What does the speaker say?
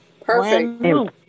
Perfect